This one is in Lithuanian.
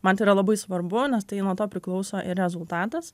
man tai yra labai svarbu nes tai nuo to priklauso ir rezultatas